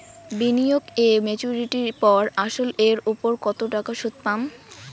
বিনিয়োগ এ মেচুরিটির পর আসল এর উপর কতো টাকা সুদ পাম?